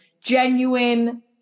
Genuine